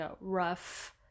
rough